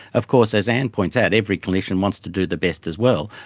of course, as anne points out, every clinician wants to do the best as well.